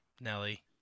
Nelly